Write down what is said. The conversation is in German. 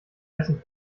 essen